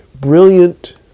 brilliant